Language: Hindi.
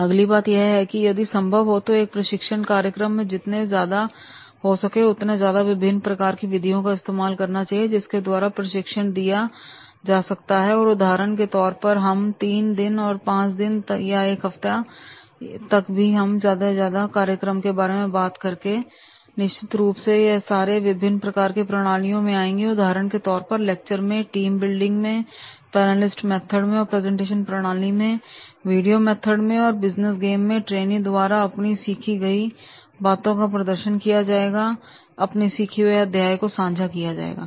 अगली बात यह है कि यदि संभव हो तो एक प्रशिक्षण कार्यक्रम में जितने ज्यादा हो सके उतने ज्यादा विभिन्न प्रकार की विधियों का इस्तेमाल करना चाहिए जिसके द्वारा प्रशिक्षण दिया जा सके उदाहरण के तौर पर जब भी हम 3 दिन और 5 दिन या एक हफ्ता या 1 हफ्ते से ज्यादा के कार्यक्रम के बारे में बात करें तो निश्चित रूप से यह सारे विभिन्न प्रकार की प्रणालियों में आएंगे उदाहरण के तौर पर लेक्चर में टीम बिल्डिंग में पैनलिस्ट मेथड में और प्रेजेंटेशन प्रणाली में वीडियो मेथड में और बिजनेस गेम में ट्रेनी द्वारा अपनी सीखी गई बातों का प्रदर्शन किया जाएगा और अपने सीखे हुए अध्याय को सांझा किया जाएगा